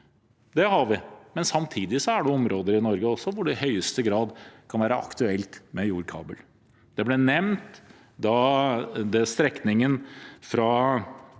Det har vi, men samtidig er det områder også i Norge hvor det i høyeste grad kan være aktuelt med jordkabel. Det ble nevnt strekningen fra